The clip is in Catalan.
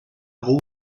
algú